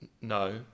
no